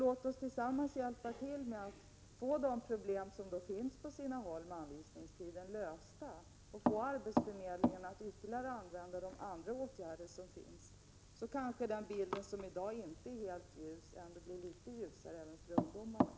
Låt oss tillsammans hjälpa till med att få de problem som finns på sina håll med anvisningstiden lösta och få arbetsförmedlingarna att i större utsträckning använda andra tillgängliga åtgärder. Kanske den bild som i dag inte är helt ljus kan bli litet ljusare även för ungdomarna.